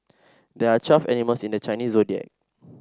there are twelve animals in the Chinese Zodiac